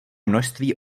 množství